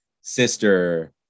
sister